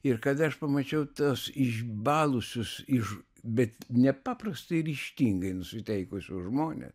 ir kada aš pamačiau tuos išbalusius iš bet nepaprastai ryžtingai nusiteikusius žmones